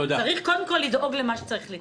צריך קודם כל לדאוג למה שצריך לדאוג.